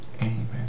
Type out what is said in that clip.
Amen